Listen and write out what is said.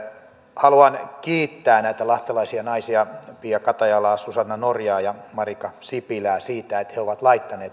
haluan kiittää näitä lahtelaisia naisia pia katajalaa susanna norjaa ja marika sipilää siitä että he ovat laittaneet